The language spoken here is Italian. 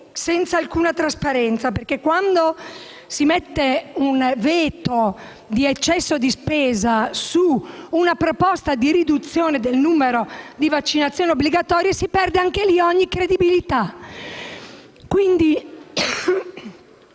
senza alcun trasparenza. Quando si pone il veto per eccesso di spesa su una proposta di riduzione del numero di vaccinazioni obbligatorie si perde, infatti, ogni credibilità.